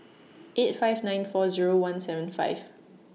eight five nine four Zero one seven five